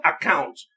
account